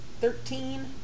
Thirteen